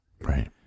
Right